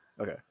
okay